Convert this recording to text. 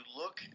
look